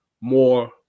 more